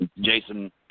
Jason